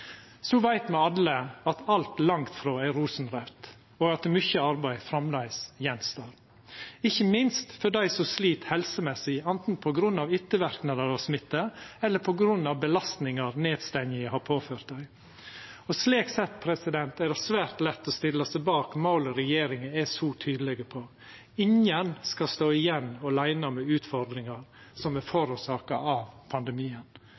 Så veit me alle at alt langt frå er rosenraudt, og at mykje arbeid framleis står igjen, ikkje minst for dei som slit helsemessig, anten på grunn av etterverknader av smitte eller på grunn av belastningar nedstenginga har påført dei. Slik sett er det svært lett å stilla seg bak målet regjeringa er så tydeleg på: Ingen skal stå igjen åleine med utfordringar som er forårsaka av pandemien.